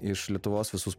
iš lietuvos visus